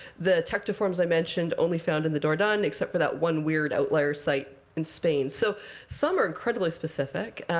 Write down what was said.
the tectiforms i mentioned only found in the dourdan, except for that one weird outlier site in spain so some are incredibly specific.